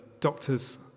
doctor's